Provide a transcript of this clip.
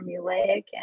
formulaic